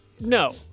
No